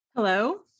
Hello